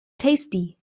tasty